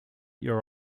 your